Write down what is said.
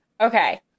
Okay